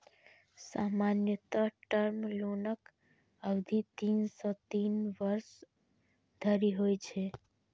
सामान्यतः टर्म लोनक अवधि तीन सं तीन वर्ष धरि होइ छै